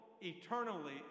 eternally